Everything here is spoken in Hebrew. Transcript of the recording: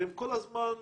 הם כבולים